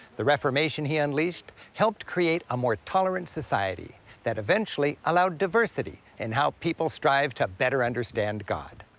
the reformation he unleashed helped create a more tolerant society that eventually allowed diversity in how people strive to better understand god.